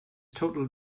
total